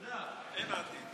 אין עתיד.